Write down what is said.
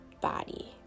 body